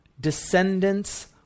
descendants